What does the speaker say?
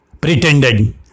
pretended